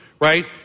Right